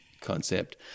concept